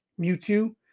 Mewtwo